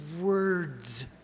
words